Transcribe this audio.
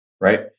Right